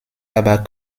aber